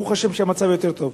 ברוך השם שהמצב יותר טוב.